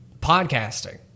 podcasting